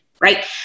Right